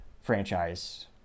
franchise